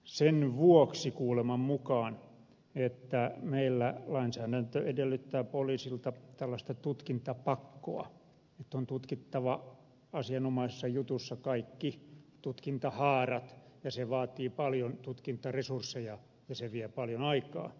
sen vuoksi kuuleman mukaan että meillä lainsäädäntö edellyttää poliisilta tällaista tutkintapakkoa että on tutkittava asianomaisessa jutussa kaikki tutkintahaarat se vaatii paljon tutkintaresursseja ja se vie paljon aikaa